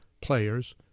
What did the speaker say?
players